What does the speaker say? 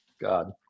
God